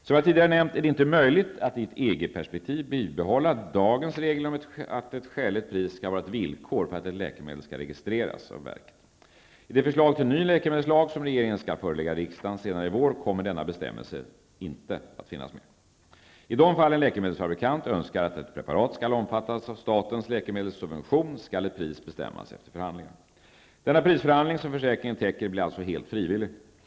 Som jag tidigare nämnt är det inte möjligt att i ett EG-perspektiv bibehålla dagens regler om att ett skäligt pris skall vara ett villkor för att ett läkemedel skall registreras av läkemedelsverket. I det förslag till ny läkemedelslag som regeringen skall förelägga riksdagen senare i vår kommer denna bestämmelse inte att finnas med. I de fall en läkemedelsfabrikant önskar att ett preparat skall omfattas av statens läkemedelssubvention, skall ett pris bestämmas efter förhandlingar. Denna prisförhandling som försäkringen täcker blir alltså helt frivillig.